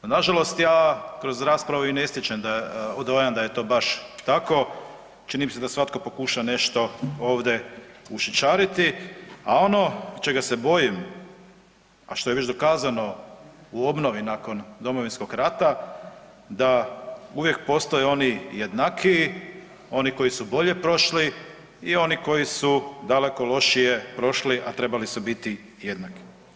No, nažalost ja kroz raspravu i nestičem dojam da je to baš tako, čini mi se da svako pokuša nešto ovdje ušičariti, a ono čega se bojim a što je već dokazano u obnovi nakon Domovinskog rata da uvijek postoje oni jednakiji oni koji su bolje prošli i oni koji su daleko lošije prošli a trebali su biti jednaki.